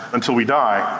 until we die.